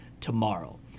tomorrow